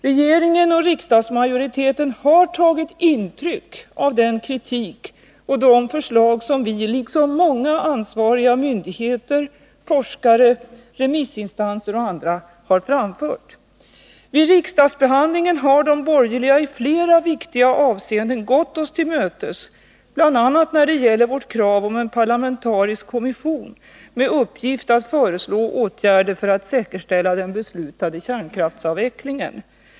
Regeringen och riksdagsmajoriteten har tagit intryck av den kritik och de förslag som vi — liksom många ansvariga myndigheter, forskare, remissinstanser och andra — har framfört. Vid riksdagsbehandlingen har de borgerliga iflera viktiga avseenden gått oss till mötes, bl.a. när det gäller vårt krav på en parlamentarisk kommission med uppgift att föreslå åtgärder för att säkerställa den beslutade kärnkraftsavvecklingen.